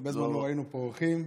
הרבה זמן לא ראינו פה אורחים.